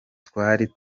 twari